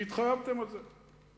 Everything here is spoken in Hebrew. כי התחייבתם על זה.